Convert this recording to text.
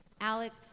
Alex